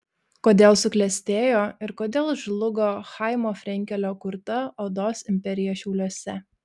kodėl suklestėjo ir kodėl žlugo chaimo frenkelio kurta odos imperija šiauliuose